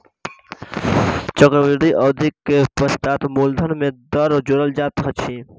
चक्रवृद्धि अवधि के पश्चात मूलधन में दर जोड़ल जाइत अछि